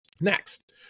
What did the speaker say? Next